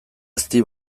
ezti